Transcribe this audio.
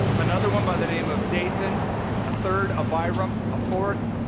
another one by the name of daythan a third, abiram a fourth,